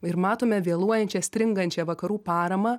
ir matome vėluojančią stringančią vakarų paramą